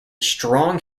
strong